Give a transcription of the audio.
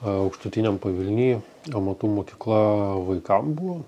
aukštutiniam pavilny amatų mokykla vaikam buvo